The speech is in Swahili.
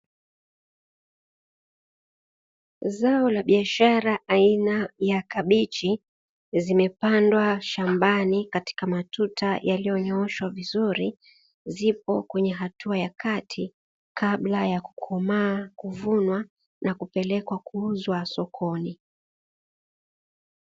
Zao la biashara aina ya kabichi, zimepandwa shambani katika matuta yaliyonyoshwa vizuri, zipo katika hatua ya kati kabla ya kukomaa, kuvunwa na kupelekwa kuuzwa sokoni.